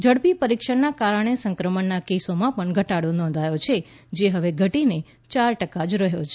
ઝડપી પરીક્ષણને કારણે સંક્રમણના કેસોમાં પણ ઘટાડો નોંધાયો છે જે હવે ઘટીને ચાર ટકા જ રહ્યો છે